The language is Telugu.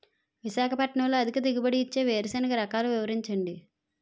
విశాఖపట్నంలో అధిక దిగుబడి ఇచ్చే వేరుసెనగ రకాలు వివరించండి?